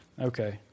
Okay